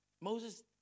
Moses